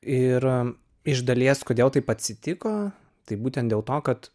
ir iš dalies kodėl taip atsitiko tai būtent dėl to kad